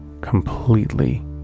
completely